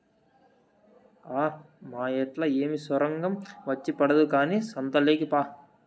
ఆ మాయేట్లా ఏమి సొరంగం వచ్చి పడదు కానీ సంతలోకి పా